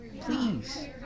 Please